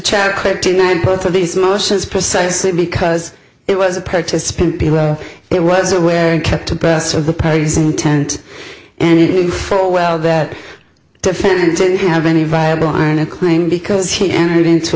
kryptonite both of these motions precisely because it was a participant b well it was aware and kept the best of the pacing intent and full well that defendant didn't have any viable arna claim because he entered into